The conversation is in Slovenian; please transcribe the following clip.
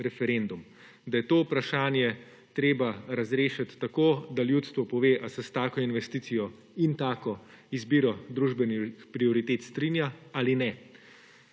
referendum, da je to vprašanje treba razrešiti tako, da ljudstvo pove, ali se s tako investicijo in tako izbiro družbenih prioritet strinja ali ne.